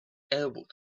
elbowed